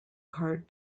card